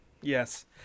Yes